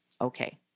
Okay